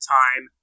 time